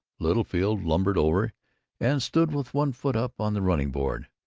littlefield lumbered over and stood with one foot up on the running-board.